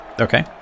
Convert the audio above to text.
Okay